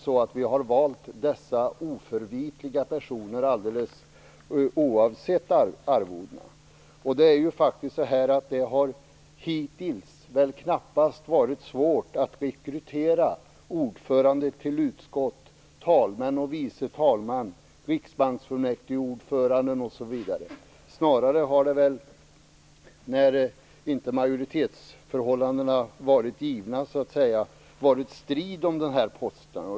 Har vi inte valt dessa oförvitliga personer alldeles oavsett storleken på arvodena. Hittills har det väl knappast varit svårt att rekrytera ordförande till utskott, talmän, vice talmän, ordförande i Riksbanksfullmäktige osv. I de fall då majoritetsförhållandena inte har varit givna har det snarare varit strid om dessa poster.